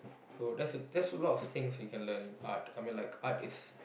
so that's a that's a lot of things you can learn art I mean like art is